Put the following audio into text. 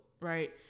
right